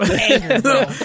anger